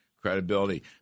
credibility